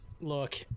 look